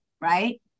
right